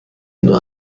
nur